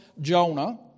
Jonah